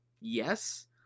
yes